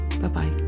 Bye-bye